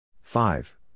five